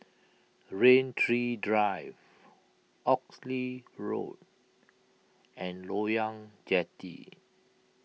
Rain Tree Drive Oxley Road and Loyang Jetty